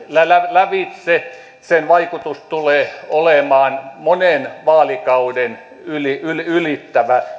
lävitse sen vaikutus tulee olemaan monen vaalikauden ylittävä